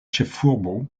ĉefurbo